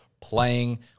playing